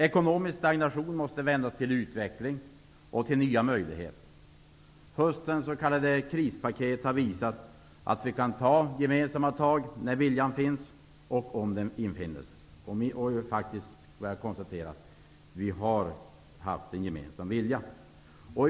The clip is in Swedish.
Ekonomisk stagnation måste vändas till utveckling och till nya möjligheter. Höstens s.k. krispaket har visat att vi kan ta gemensamma tag när viljan finns - och jag konstaterar att vi har haft en gemensam vilja.